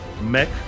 mech